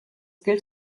gilt